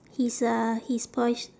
his uh his pos~